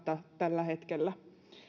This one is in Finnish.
tällä hetkellä